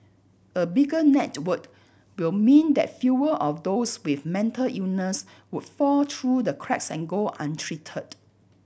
a bigger net word will mean that fewer of those with mental illness would fall through the cracks and go untreated